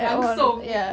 langsung